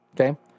Okay